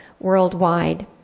worldwide